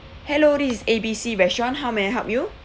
hello this is A B C restaurant how may I help you